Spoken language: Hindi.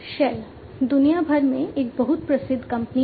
शेल दुनिया भर में एक बहुत प्रसिद्ध कंपनी है